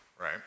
right